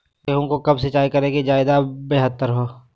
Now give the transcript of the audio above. गेंहू को कब सिंचाई करे कि ज्यादा व्यहतर हो?